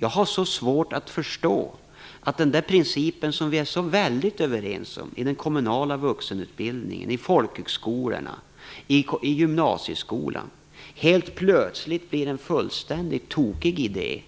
Jag har så svårt att förstå att denna princip, som vi är så väldigt överens om i den kommunala vuxenutbildningen, i folkhögskolorna och i gymnasieskolorna, helt plötsligt blir en fullständigt tokig idé